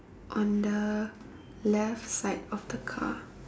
on the left side of the car